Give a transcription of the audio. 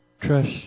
trust